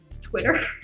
twitter